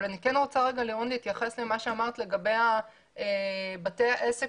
אבל אני כן רוצה להתייחס למה שאמרת לגבי בתי העסק